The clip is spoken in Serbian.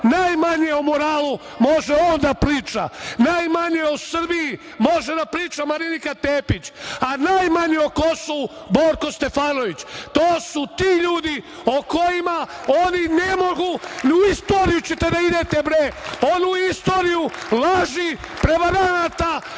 Najmanje o moralu može on da priča, najmanje o Srbiji može da priča Marinika Tepić, a najmanje o Kosovu Borko Stefanović. To su ti ljudi o kojima oni ne mogu. U istoriju ćete da idete, bre, onu istoriju laži, prevaranata,